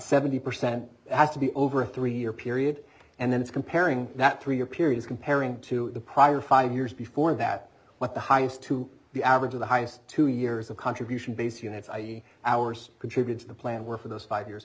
seventy percent has to be over a three year period and then it's comparing that three year period is comparing to the prior five years before that what the highest to the average of the highest two years of contribution base units i e hours contribute to the and we're for those five years